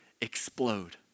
explode